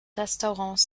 restaurants